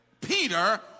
Peter